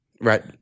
Right